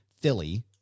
Philly